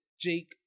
Jake